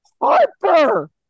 Harper